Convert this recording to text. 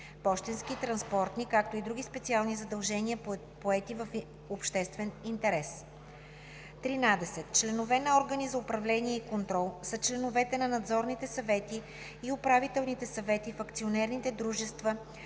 пощенски, транспортни, както и други специални задължения поети в обществен интерес. 13. „Членове на органи за управление и контрол“ са членовете на надзорните съвети и управителните съвети в акционерните дружества